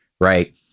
right